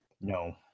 no